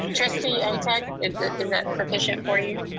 trustee um ntuk, is that sufficient for you?